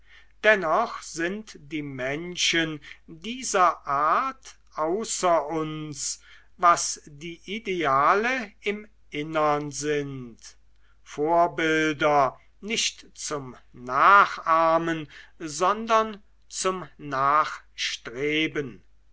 dennoch sind die menschen dieser art außer uns was die ideale im innern sind vorbilder nicht zum nachahmen sondern zum nachstreben